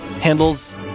Handles